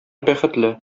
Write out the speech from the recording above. бәхетле